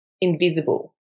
invisible